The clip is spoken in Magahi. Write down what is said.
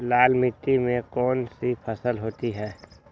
लाल मिट्टी में कौन सी फसल होती हैं?